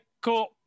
cool